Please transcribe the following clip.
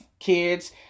kids